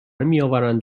میآورند